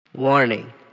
Warning